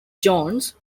jones